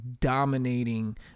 dominating